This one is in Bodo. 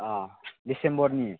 अह डिसेम्बरनि